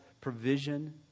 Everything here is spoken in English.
provision